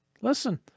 Listen